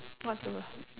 what to